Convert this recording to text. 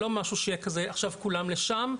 לא משהו כזה שעכשיו כולם לשם.